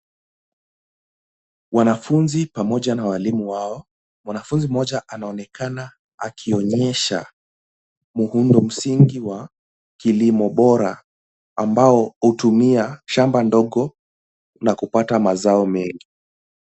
Wanafunzi pamoja na walimu wao. Mwanafunzi mmoja anaonekana akionyesha muundo msingi wa kilimo bora ambao hutumia shamba ndogo la kupata mazao mengi.